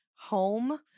home